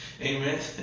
Amen